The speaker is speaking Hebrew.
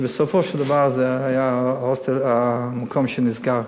ובסופו של דבר המקום נסגר.